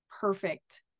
perfect